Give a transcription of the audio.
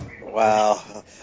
Wow